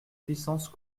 puissances